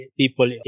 people